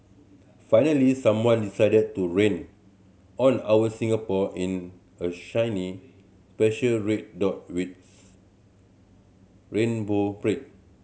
finally someone decided to rain on our Singapore in a shiny special red dot with rainbow parade